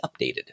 updated